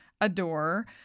adore